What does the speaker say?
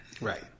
Right